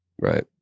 right